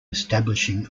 establishing